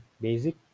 basic